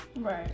Right